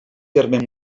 terme